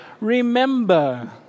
remember